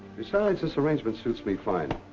besides, this arrangement suits me fine.